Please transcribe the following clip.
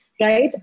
Right